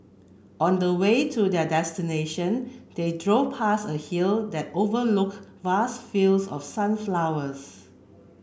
on the way to their destination they drove past a hill that overlook vast fields of sunflowers